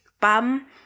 bam